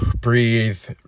breathe